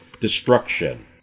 destruction